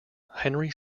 henry